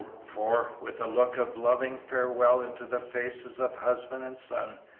for, with a look of loving farewell into the faces of husband and son,